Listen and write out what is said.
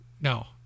no